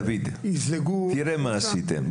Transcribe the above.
דויד, תראה מה עשיתם.